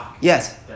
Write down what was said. yes